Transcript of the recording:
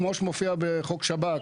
כמו בחוק השב"כ,